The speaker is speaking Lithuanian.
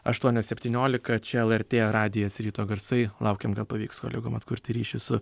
aštuonios septyniolika čia lrt radijas ryto garsai laukiam gal pavyks kolegom atkurti ryšį su